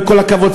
בכל הכבוד,